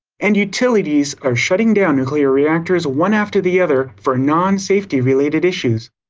and utilities are shutting down nuclear reactors one after the other for non-safety related issues,